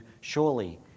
surely